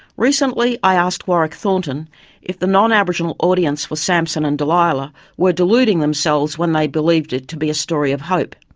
recently, i asked warwick thornton if the non-aboriginal audience for samson and delilah were deluding themselves when they believed it to be a story of hope.